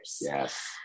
yes